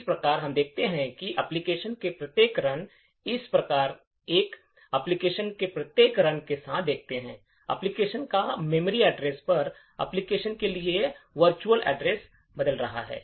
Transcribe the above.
इस प्रकार हम देखते हैं कि एप्लिकेशन के प्रत्येक रन इस प्रकार हम एप्लिकेशन के प्रत्येक रन के साथ देखते हैं एप्लिकेशन का मेमोरी एड्रेस उस एप्लिकेशन के लिए वर्चुअल एड्रेस मैप बदल रहा है